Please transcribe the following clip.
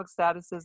statuses